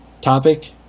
topic